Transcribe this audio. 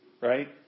Right